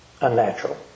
unnatural